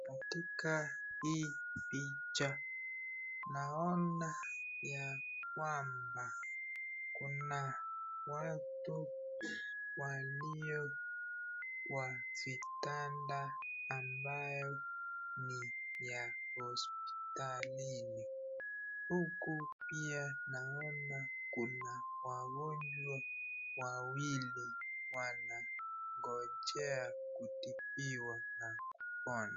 Katika hii picha naona ya kwamba kuna watu walio kwa vitanda ambayo ni ya hospitalini, huku pia naona kuna wagonjwa wawili wanangojea kutibiwa na kupona.